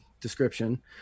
description